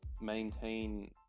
maintain